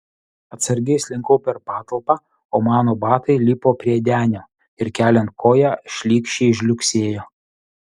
atsargiai slinkau per patalpą o mano batai lipo prie denio ir keliant koją šlykščiai žliugsėjo